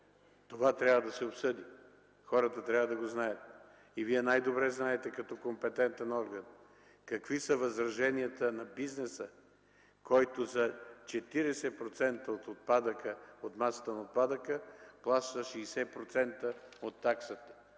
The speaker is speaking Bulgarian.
Това трябва да се обсъди. Хората трябва да го знаят. Вие най-добре знаете като компетентен орган какви са възраженията на бизнеса, който за 40% от масата на отпадъка плаща 60% от таксата.